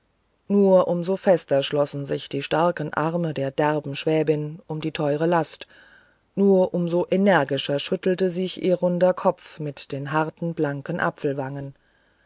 nur um so fester schlossen sich die starken arme der derben schwäbin um die teure last nur um so energischer schüttelte sich ihr runder kopf mit den harten blanken